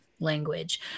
language